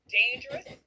dangerous